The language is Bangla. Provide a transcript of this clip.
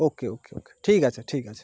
ওকে ওকে ওকে ঠিক আছে ঠিক আছে